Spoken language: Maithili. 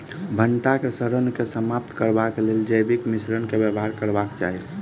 भंटा केँ सड़न केँ समाप्त करबाक लेल केँ जैविक मिश्रण केँ व्यवहार करबाक चाहि?